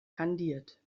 kandiert